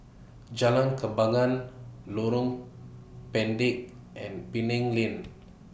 Jalan Kembangan Lorong Pendek and Penang Lane